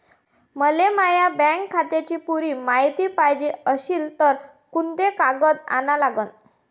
मले बँकेच्या माया खात्याची पुरी मायती पायजे अशील तर कुंते कागद अन लागन?